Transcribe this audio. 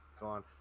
Gone